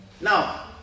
Now